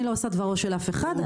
אני לא עושה דברו של אף אחד.